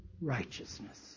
righteousness